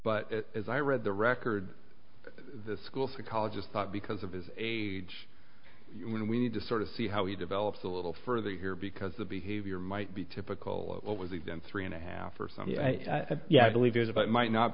but as i read the record the school psychologist thought because of his age when we need to sort of see how he develops a little further here because the behavior might be typical of what was even three and a half or so yeah i believe years of it might not